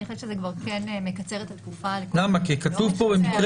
אני חושבת שזה כבר כן מקצר את התקופה --- כי כתוב פה: במקרה